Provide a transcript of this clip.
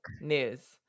news